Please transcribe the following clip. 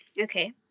Okay